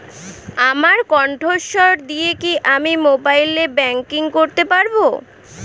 আমার কন্ঠস্বর দিয়ে কি আমি মোবাইলে ব্যাংকিং করতে পারবো?